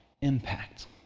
impact